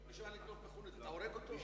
מי שבא לגנוב תפוח, אתה הורג אותו?